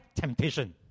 temptation